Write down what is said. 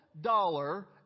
dollar